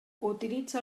utilitza